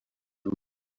rugo